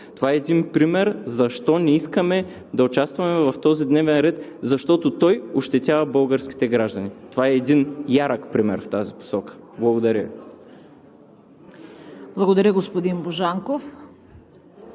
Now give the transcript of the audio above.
Това е пример защо не искаме да участваме в този дневен ред, защото той ощетява българските граждани. Това е един ярък пример в тази посока. Благодаря Ви.